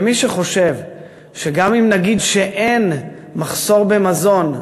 מי שחושב שגם אם נגיד שאין מחסור במזון,